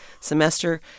semester